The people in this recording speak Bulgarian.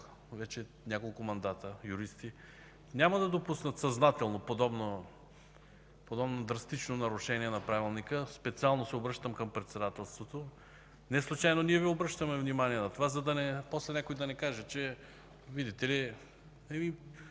тук няколко мандата, няма да допуснат съзнателно подобно драстично нарушение на Правилника. Специално се обръщам към председателството! Неслучайно ние Ви обръщаме внимание на това, за да не